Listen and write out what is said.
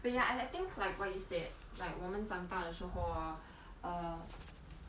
but ya I I think like what you said like 我们长大的时候 hor err